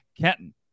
Kenton